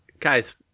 Guys